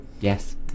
Yes